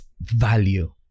value